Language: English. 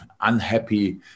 unhappy